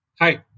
Hi